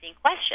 question